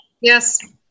Yes